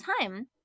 time